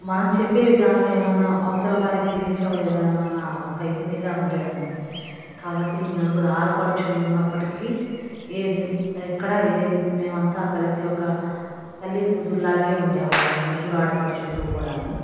మనం చెప్పే విధానం ఏమన్నా అవతల వారికి రీచ్ అవ్వలేదా ఏమన్న ఒక ఇది మీద ఉండేదాన్ని కాబట్టి నలుగురు ఆడపడుచులు ఉన్నప్పటికీ ఏరి ఎక్కడ ఏ మేము అంతా కలిసి ఒక తల్లి కూతుళ్ళ లాగే ఉండేవాళ్ళం నలుగురు ఆడపడుచులతో కూడాను